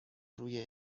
روی